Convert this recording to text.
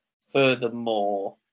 Furthermore